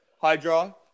Hydra